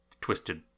twisted